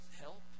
help